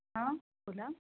हां बोला